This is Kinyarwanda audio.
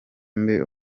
mbe